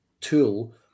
tool